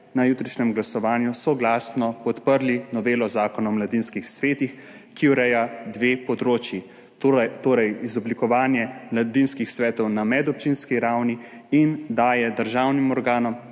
na jutrišnjem glasovanju soglasno podprli novelo Zakona o mladinskih svetih, ki ureja dve področji, torej izoblikovanje mladinskih svetov na medobčinski ravni, in daje državnim organom,